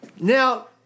Now